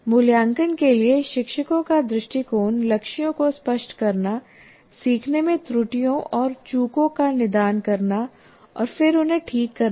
मूल्यांकन के लिए शिक्षकों का दृष्टिकोण लक्ष्यों को स्पष्ट करना सीखने में त्रुटियों और चूकों का निदान करना और फिर उन्हें ठीक करना है